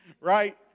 Right